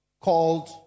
called